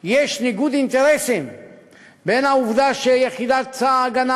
יש ניגוד אינטרסים בין העובדה שיחידת הגנה